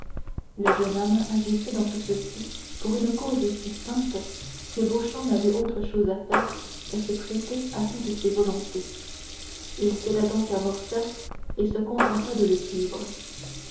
le jeune homme agissait dans tout ceci pour une cause si sainte que beauchamp n'avait autre chose à faire qu'à se prêter à toutes ses volontés il céda donc à morcerf et se contenta de le suivre